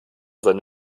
seine